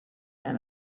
their